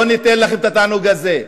לא ניתן לכם את התענוג הזה.